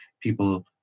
people